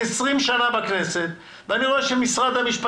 עשרים שנה אני בכנסת ואני רואה שאם למשרד